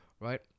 right